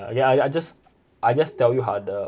ya I I just I just tell you how the